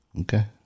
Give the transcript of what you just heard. okay